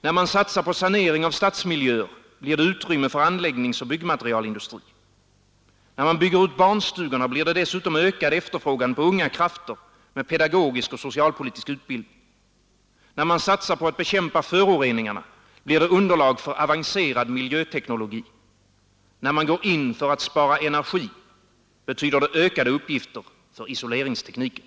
När man satsar på sanering av stadsmiljöer, blir det utrymme för anläggningsoch byggmaterialindustrin. När man bygger ut barnstugorna blir det dessutom ökad efterfrågan på unga krafter med pedagogisk och socialpolitisk utbildning. När man satsar på att bekämpa föroreningarna blir det underlag för avancerad miljöteknologi. När man går in för att spara energi betyder det ökade uppgifter för 49 isoleringstekniken.